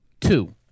Two